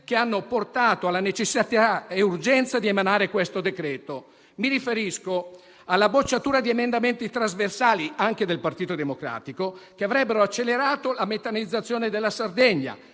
che hanno portato alla necessità e urgenza di emanare il decreto-legge. Mi riferisco alla bocciatura di emendamenti trasversali, anche del Partito Democratico, che avrebbero accelerato la metanizzazione della Sardegna,